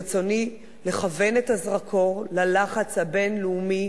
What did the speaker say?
ברצוני לכוון את הזרקור ללחץ הבין-לאומי